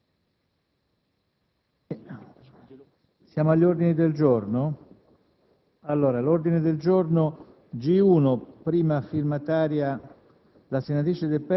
ora agli ordini del giorno,